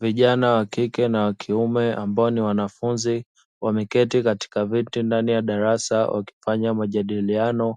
Vijana wa kike na wa kiume ambao ni wanafunzi, wameketi katika viti ndani ya darasa wakifanya majadiliano